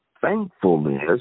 Thankfulness